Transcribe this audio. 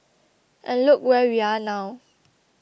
and look where we are now